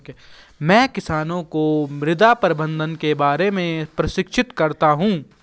मैं किसानों को मृदा प्रबंधन के बारे में प्रशिक्षित करता हूँ